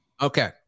Okay